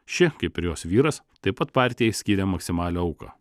ši kaip ir jos vyras taip pat partijai skyrė maksimalią auką